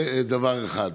זה דבר אחד.